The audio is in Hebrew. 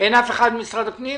הפנים?